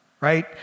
Right